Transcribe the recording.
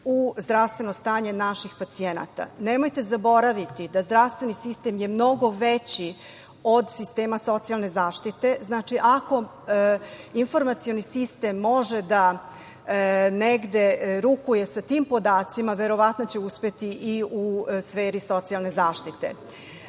u zdravstveno stanje naših pacijenata. Nemojte zaboraviti da je zdravstveni sistem mnogo veći od sistema socijalne zaštite. Znači, ako informacioni sistem može da negde rukuje sa tim podacima verovatno će uspeti i u sferi socijalne zaštite. Što